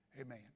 Amen